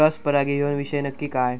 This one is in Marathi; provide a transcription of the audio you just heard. क्रॉस परागी ह्यो विषय नक्की काय?